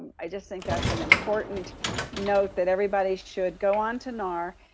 i just think that's an important note, that everybody should go on to nar,